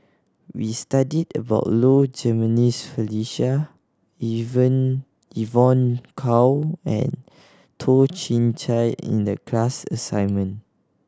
we studied about Low Jimenez Felicia Even Evon Kow and Toh Chin Chye in the class assignment